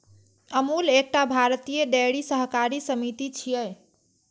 अमूल एकटा भारतीय डेयरी सहकारी समिति छियै